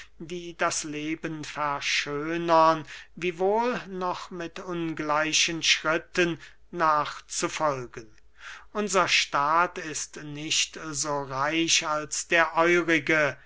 die das leben verschönern wiewohl noch mit ungleichen schritten nachzufolgen unser staat ist nicht so reich als der eurige